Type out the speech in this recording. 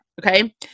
okay